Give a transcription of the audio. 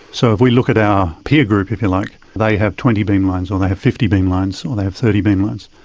so if we look at our peer group, if you like, they have twenty beamlines or they have fifty beamlines or they have thirty beamlines.